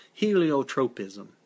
heliotropism